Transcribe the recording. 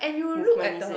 movement is it